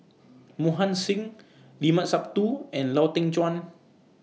Mohan Singh Limat Sabtu and Lau Teng Chuan